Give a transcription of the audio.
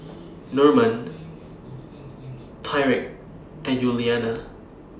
Normand Tyriq and Yuliana